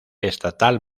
estatal